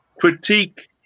critique